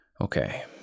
Okay